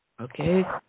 Okay